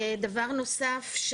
דבר נוסף,